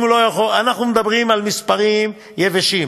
אנחנו מדברים על מספרים יבשים.